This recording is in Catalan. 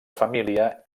família